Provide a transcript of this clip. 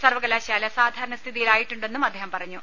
സർവകലാശാല സാധാരണ സ്ഥിതിയിലായിട്ടുണ്ടെന്നും അദ്ദേഹം പറഞ്ഞു